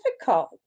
difficult